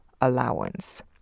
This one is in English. allowance